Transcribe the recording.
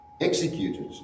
executed